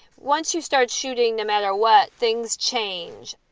once you start shooting, no matter what. things change.